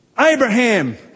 Abraham